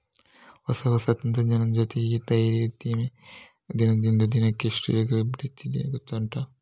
ಹೊಸ ಹೊಸ ತಂತ್ರಜ್ಞಾನದ ಜೊತೆ ಈ ಡೈರಿ ಉದ್ದಿಮೆ ದಿನದಿಂದ ದಿನಕ್ಕೆ ಎಷ್ಟು ವೇಗವಾಗಿ ಬೆಳೀತಿದೆ ಗೊತ್ತುಂಟಾ